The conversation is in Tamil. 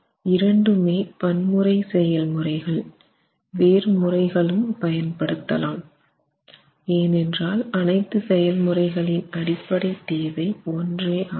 இரண்டுமே பன்முறை செயல் முறைகள் வேறு முறைகளும் பயன் படுத்தலாம் ஏனென்றால் அனைத்து செயல் முறைகளின் அடிப்படை தேவை ஒன்றே ஆகும்